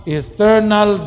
eternal